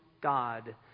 God